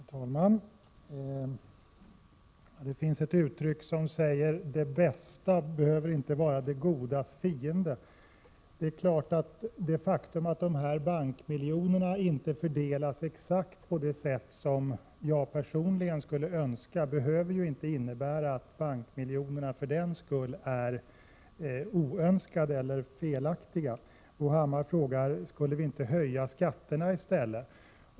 Herr talman! Det finns ett uttryck som heter: Det bästa behöver inte vara det godas fiende. Det är klart att det faktum att dessa bankmiljoner inte fördelas exakt på det sätt som jag personligen skulle ha önskat inte behöver innebära att bankmiljonerna för den skull är oönskade eller att det är fel att de finns. Bo Hammar frågar: Skall vi inte höja skatterna i stället?